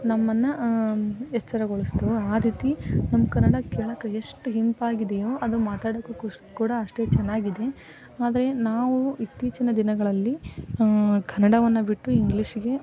ನಮ್ಮನ್ನು ಎಚ್ಚರಗೊಳಿಸಿದ್ದವು ಆ ರೀತಿ ನಮ್ಮ ಕನ್ನಡ ಕೇಳೋಕ್ಕೆ ಎಷ್ಟು ಇಂಪಾಗಿದೆಯೋ ಅದು ಮಾತಾಡಕ್ಕೂ ಖುಷಿ ಕೂಡ ಅಷ್ಟೇ ಚೆನ್ನಾಗಿದೆ ಆದರೆ ನಾವು ಇತ್ತೀಚಿನ ದಿನಗಳಲ್ಲಿ ಕನ್ನಡವನ್ನು ಬಿಟ್ಟು ಇಂಗ್ಲೀಷಿಗೆ